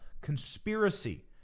Conspiracy